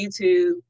YouTube